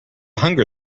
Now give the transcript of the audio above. hunger